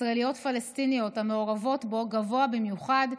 ישראליות-פלסטיניות המעורבות בו גבוה במיוחד.